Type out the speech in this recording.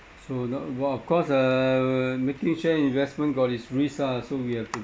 so not !wah! of course err making share investment got its risk ah so we have to